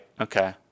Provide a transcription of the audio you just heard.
okay